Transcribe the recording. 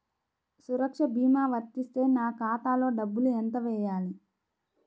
సురక్ష భీమా వర్తిస్తే నా ఖాతాలో డబ్బులు ఎంత వేయాలి?